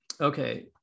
okay